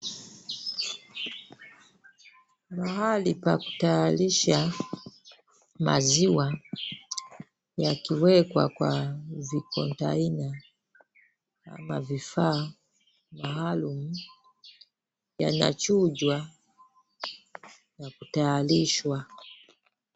Mahali pa kutayarisha maziwa yakiwekwa kwa vicontainer ama vifaa maalum, yanachujwa na kutayarishwa.